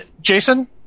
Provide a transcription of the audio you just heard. Jason